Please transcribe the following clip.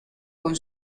con